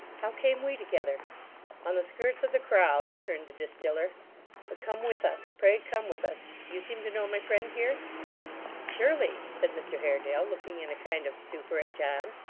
how came we together on the skirts of the crowd returned the distiller but come with us. pray come with us. you seem to know my friend here surely, said mr haredale, looking in a kind of stupor at john.